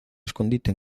escondite